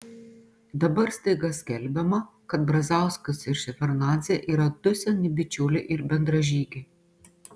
dabar staiga skelbiama kad brazauskas ir ševardnadzė yra du seni bičiuliai ir bendražygiai